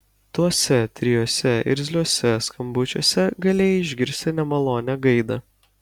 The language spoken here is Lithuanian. tuose trijuose irzliuose skambučiuose galėjai išgirsti nemalonią gaidą